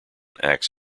acts